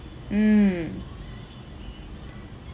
mm